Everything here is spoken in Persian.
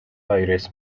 آیرس